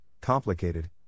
complicated